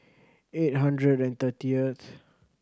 eight hundred and thirtieth